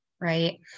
right